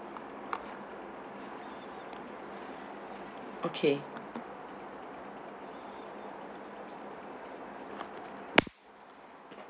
okay